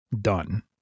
done